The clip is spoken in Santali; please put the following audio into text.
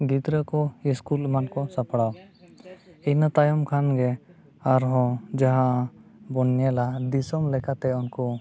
ᱜᱤᱫᱽᱨᱟᱹ ᱠᱚ ᱤᱥᱠᱩᱞ ᱮᱢᱟᱱ ᱠᱚ ᱥᱟᱯᱲᱟᱣ ᱤᱱᱟᱹ ᱛᱟᱭᱚᱢ ᱠᱷᱟᱱᱜᱮ ᱟᱨᱦᱚᱸ ᱡᱟᱦᱟᱸᱵᱚᱱ ᱧᱮᱞᱟ ᱫᱤᱥᱚᱢ ᱞᱮᱠᱟᱛᱮ ᱩᱱᱠᱩ